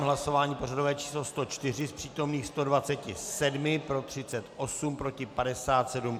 Hlasování pořadové číslo 104, z přítomných 127 pro 38, proti 57.